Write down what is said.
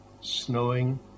snowing